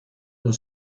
due